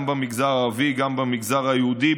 גם במגזר הערבי וגם במגזר היהודי,